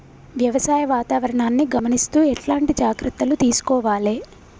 వ్యవసాయ వాతావరణాన్ని గమనిస్తూ ఎట్లాంటి జాగ్రత్తలు తీసుకోవాలే?